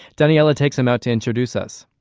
daniella takes him out to introduce us.